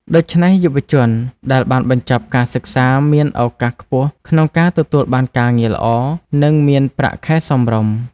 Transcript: ដូច្នេះ យុវជនដែលបានបញ្ចប់ការសិក្សាមានឱកាសខ្ពស់ក្នុងការទទួលបានការងារល្អ និងមានប្រាក់ខែសមរម្យ។